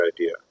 idea